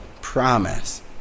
promise